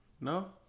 No